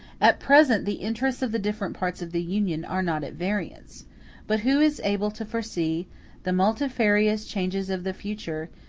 at present the interests of the different parts of the union are not at variance but who is able to foresee the multifarious changes of the future,